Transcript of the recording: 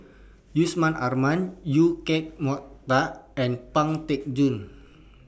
Yusman Aman EU Keng Mun and Pang Teck Joon